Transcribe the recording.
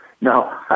no